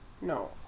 No